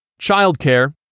childcare